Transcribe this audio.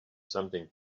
something